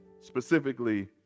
specifically